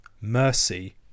mercy